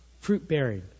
fruit-bearing